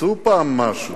תעשו פעם משהו.